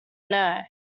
know